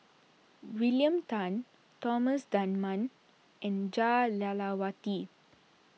William Tan Thomas Dunman and Jah Lelawati